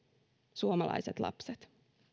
suomalaiset lapset